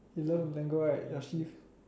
you learn from Tango right your shift